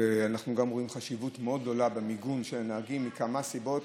ואנחנו גם רואים חשיבות מאוד גדולה במיגון של הנהגים מכמה סיבות,